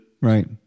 Right